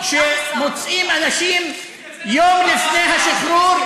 או שמוציאים אנשים יום לפני השחרור,